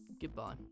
Goodbye